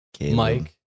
mike